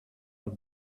are